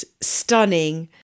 stunning